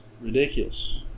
Ridiculous